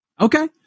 Okay